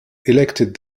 elected